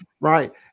right